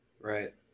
right